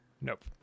Nope